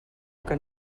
que